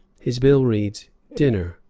his bill reads dinner,